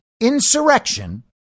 insurrection